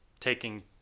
taking